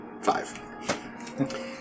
Five